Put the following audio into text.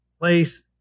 place